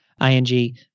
ing